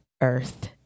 earth